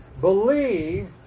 Believe